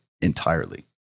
entirely